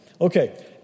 Okay